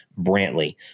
Brantley